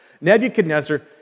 Nebuchadnezzar